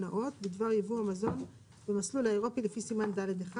נאות בדבר יבוא מזון במסלול האירופי לפי סימן ד' 1,